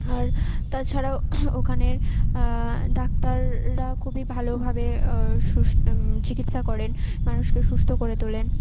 আর তাছাড়াও ওখানের ডাক্তাররা খুবই ভালোভাবে চিকিৎসা করেন মানুষকে সুস্থ করে তোলেন